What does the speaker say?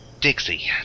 Dixie